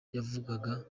yavugaga